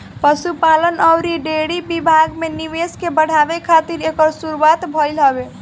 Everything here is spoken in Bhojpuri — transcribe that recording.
पशुपालन अउरी डेयरी विभाग में निवेश के बढ़ावे खातिर एकर शुरुआत भइल हवे